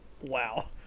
Wow